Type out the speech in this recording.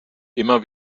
immer